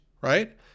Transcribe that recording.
right